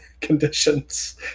conditions